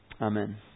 Amen